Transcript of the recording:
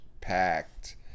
packed